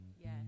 Yes